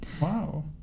Wow